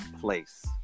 place